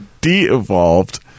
de-evolved